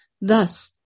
Thus